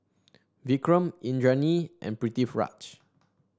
Vikram Indranee and Pritiviraj